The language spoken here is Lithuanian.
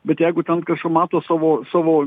bet jeigu ten kažkur mato savo savo